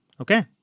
Okay